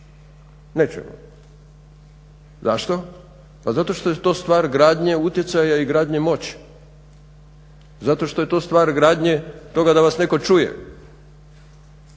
nećemo, zašto? Pa zato što je to stvar gradnje, utjecaja i gradnje moći, zato što je to stvar gradnje toga da vas netko čuje,